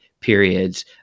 periods